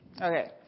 Okay